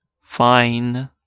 Fine